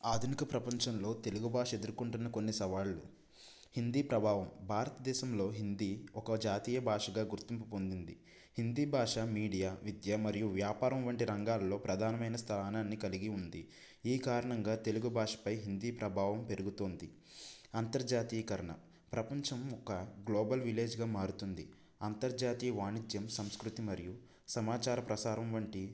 ఆధునిక ప్రపంచంలో తెలుగు భాష ఎదుర్కొంటున్న కొన్ని సవాళ్ళు హిందీ ప్రభావం భారతదేశంలో హిందీ ఒక జాతీయ భాషగా గుర్తింపు పొందింది హిందీ భాష మీడియా విద్య మరియు వ్యాపారం వంటి రంగాలలో ప్రధానమైన స్థానాన్ని కలిగి ఉంది ఈ కారణంగా తెలుగు భాషపై హిందీ ప్రభావం పెరుగుతోంది అంతర్జాతీకరణ ప్రపంచం ఒక గ్లోబల్ విలేజ్గా మారుతుంది అంతర్జాతీయ వాణిజ్యం సంస్కృతి మరియు సమాచార ప్రసారం వంటి